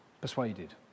persuaded